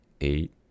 eight